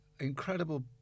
incredible